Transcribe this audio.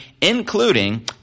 including